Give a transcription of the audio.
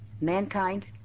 mankind